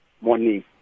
morning